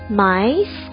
mice